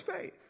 faith